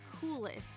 coolest